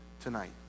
tonight